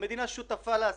המדינה שותפה לעסקים.